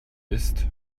ist